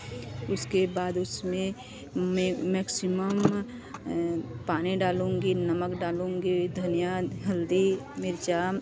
उसके बाद उसमें मैं मैक्सिमम पानी डालूँगी नमक डालूँगी धनिया हल्दी मिर्च